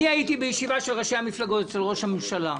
אני הייתי בישיבה של ראשי המפלגות אצל ראש הממשלה,